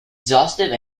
exhaustive